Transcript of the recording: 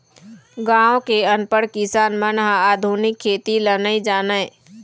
गाँव के अनपढ़ किसान मन ह आधुनिक खेती ल नइ जानय